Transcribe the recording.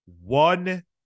one